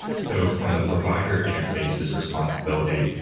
so from the provider interfaces responsibility,